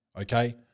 okay